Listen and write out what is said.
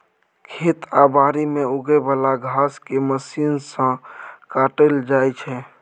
खेत आ बारी मे उगे बला घांस केँ मशीन सँ काटल जाइ छै